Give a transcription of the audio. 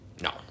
No